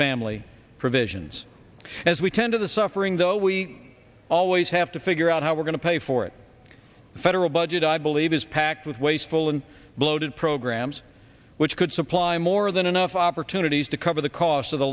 family provisions as we tend to the suffering though we always have to figure out how we're going to pay for it the federal budget i believe is packed with waste and bloated programs which could supply more than enough opportunities to cover the cost of the